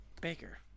Baker